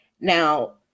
Now